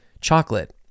chocolate